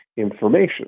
information